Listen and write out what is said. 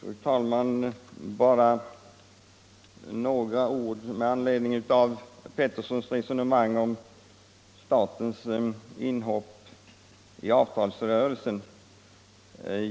Fru talman! Bara några ord med anledning av herr Petterssons i Malmö resonemang om statens inhopp i avtalsrörelsen.